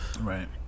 Right